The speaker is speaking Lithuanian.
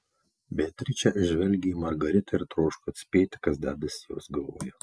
beatričė žvelgė į margaritą ir troško atspėti kas dedasi jos galvoje